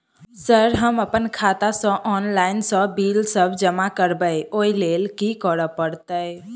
Sir हम अप्पन खाता सऽ ऑनलाइन सऽ बिल सब जमा करबैई ओई लैल की करऽ परतै?